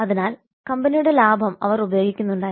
അതിനാൽ കമ്പനിയുടെ ലാഭം അവർ ഉപയോഗിക്കുന്നുണ്ടായിരുന്നു